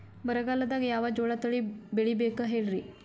ಬರಗಾಲದಾಗ್ ಯಾವ ಜೋಳ ತಳಿ ಬೆಳಿಬೇಕ ಹೇಳ್ರಿ?